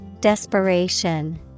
Desperation